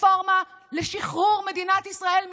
רפורמה לשחרור מדינת ישראל מדיכוי,